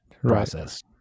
process